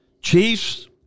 Chiefs